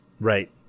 Right